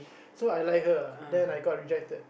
so I like her then I got rejected